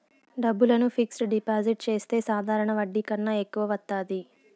డబ్బులను fixed deposit చేస్తే సాధారణ వడ్డీ కన్నా ఎక్కువ వత్తాది